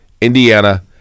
Indiana